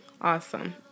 Awesome